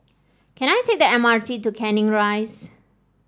can I take the M R T to Canning Rise